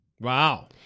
Wow